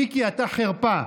מיקי, אתה חרפה.